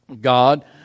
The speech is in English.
God